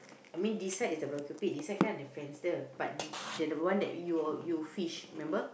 I mean this side is the barbecue pit this side kan ada fence dia but that the one you you fish remember